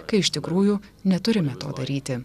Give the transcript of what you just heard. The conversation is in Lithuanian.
kai iš tikrųjų neturime to daryti